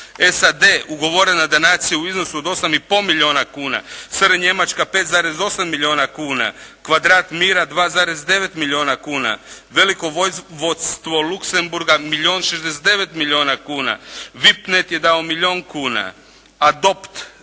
SAD ugovorena donacija u iznosu od 8 i pol milijuna kuna. SR Njemačka 5,8 milijuna kuna. “Kvadrat mira“ 2,9 milijuna kuna. Veliko vodstvo Luxembourga milijun 69 milijuna kuna. “Vipnet“ je dao milijun kuna. “Adopt“